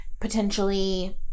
potentially